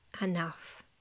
enough